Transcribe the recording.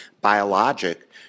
biologic